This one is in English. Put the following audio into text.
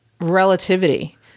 relativity